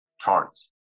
charts